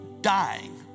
dying